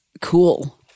cool